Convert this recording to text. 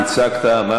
הצגת, אמרת.